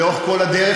לאורך כל הדרך,